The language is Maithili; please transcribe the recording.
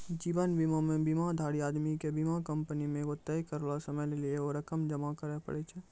जीवन बीमा मे बीमाधारी आदमी के बीमा कंपनी मे एगो तय करलो समय लेली एगो रकम जमा करे पड़ै छै